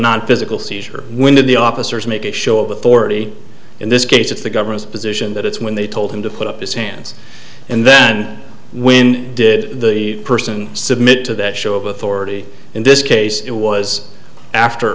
nonphysical seizure when the officers make a show of authority in this case it's the government's position that it's when they told him to put up his hands and then when did the person submit to that show of authority in this case it was after